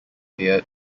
fear